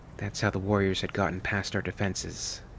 that's how the warriors had gotten past our defenses.